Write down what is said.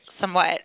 somewhat